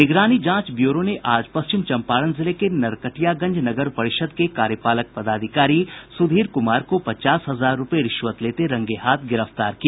निगरानी जांच ब्यूरो ने आज पश्चिम चम्पारण जिले के नरकटियागंज नगर परिषद के कार्यपालक पदाधिकारी सुधीर कुमार को पचास हजार रुपये रिश्वत लेते हुए रंगे हाथ गिरफ्तार किया